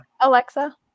Alexa